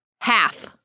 Half